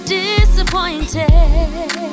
disappointed